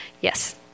Yes